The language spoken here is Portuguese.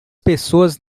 pessoas